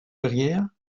verrière